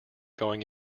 going